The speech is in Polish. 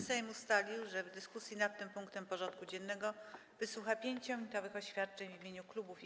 Sejm ustalił, że w dyskusji nad tym punktem porządku dziennego wysłucha 5-minutowych oświadczeń w imieniu klubów i koła.